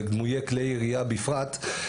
ודמוי כלי ירייה בפרט,